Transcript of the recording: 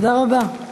תודה רבה.